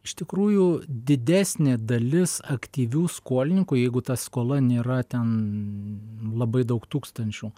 iš tikrųjų didesnė dalis aktyvių skolininkų jeigu ta skola nėra ten labai daug tūkstančių